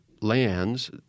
lands